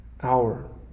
hour